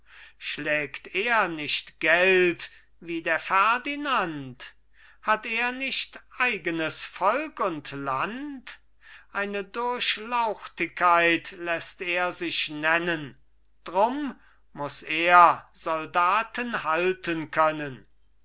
schlägt er nicht geld wie der ferdinand hat er nicht eigenes volk und land eine durchlauchtigkeit läßt er sich nennen drum muß er soldaten halten können